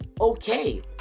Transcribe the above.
okay